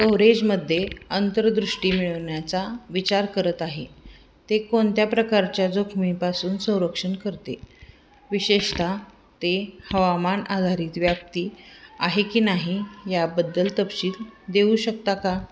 कवरेजमध्ये अंतरदृष्टी मिळवण्याचा विचार करत आहे ते कोणत्या प्रकारच्या जोखमीपासून संरक्षण करते विशेषतः ते हवामान आधारित व्यक्ती आहे की नाही याबद्दल तपशील देऊ शकता का